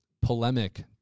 polemic